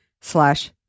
slash